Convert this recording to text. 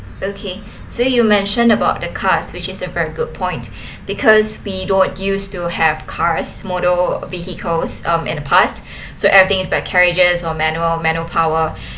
okay so you mention about the cars which is a very good point because we don't use to have cars motor vehicles uh in the past so everything is by carriages or manual manual power